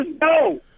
no